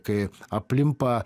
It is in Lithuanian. kai aplimpa